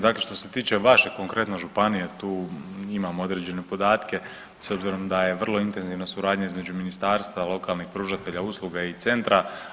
Dakle, što se tiče vaše konkretno županije tu imam određene podatke s obzirom da je vrlo intenzivna suradnja između ministarstva, lokalnih pružatelja usluga i centra.